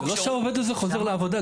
העובד הזה לא חוזר לעבודה,